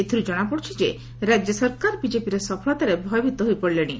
ଏଥିରୁ ଜଣାପଡୁଛି ଯେ ରାଜ୍ୟ ସରକାର ବିଜେପିର ସଫଳତାରେ ଭୟଭୀତ ହୋଇପଡିଲେଣି